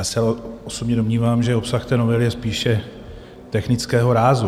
Já osobně se domnívám, že obsah té novely je spíše technického rázu.